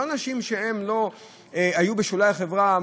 לא אנשים שהם בשולי החברה,